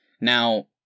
Now